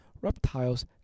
reptiles